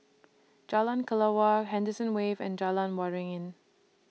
Jalan Kelawar Henderson Wave and Jalan Waringin